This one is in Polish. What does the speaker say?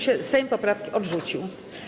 Sejm poprawki odrzucił.